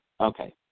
Okay